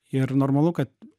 ir normalu kad